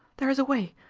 there is a way!